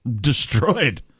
destroyed